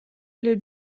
эле